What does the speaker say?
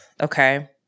Okay